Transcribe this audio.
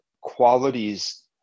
qualities